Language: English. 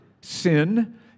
sin